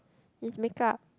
it's makeup